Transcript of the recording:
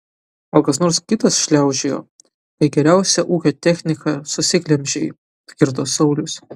gal kas nors kitas šliaužiojo kai geriausią ūkio techniką susiglemžei atkirto saulius